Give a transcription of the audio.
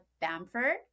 Bamford